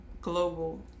global